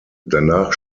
danach